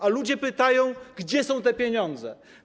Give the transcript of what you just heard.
A ludzie pytają: Gdzie są te pieniądze?